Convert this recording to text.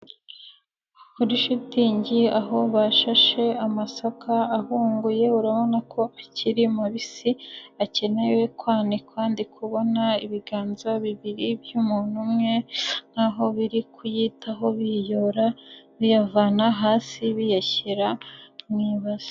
Kuri shitingi aho bashashe amasaka ahunguye urabona ko akiri mu bisi akeneye kwanikwa, ndi kubona ibiganza bibiri by'umuntu umwe nkaho biri kuyitaho biyayora biyavana hasi biyashyira mu ibasi.